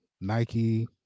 Nike